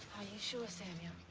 sure, samuel?